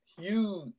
Huge